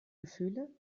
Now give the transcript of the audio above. gefühle